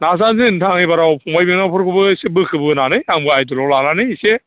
नाजानोसै नोथां बेबाराव फंबाय बिनानावफोरखौबो एसे बोखोबोनानै आंबो आइद'लाव लानानै एसे